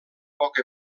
poca